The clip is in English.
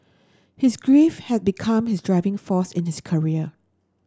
his grief had become his driving force in his career